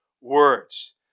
words